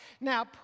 Now